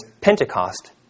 Pentecost